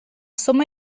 somo